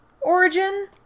origin